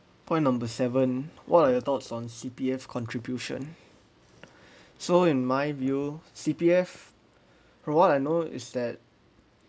point number seven what are your thoughts on C_P_F contribution so in my view C_P_F for what I know is that